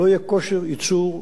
לא יהיה כושר ייצור מספיק.